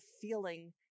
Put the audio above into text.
feeling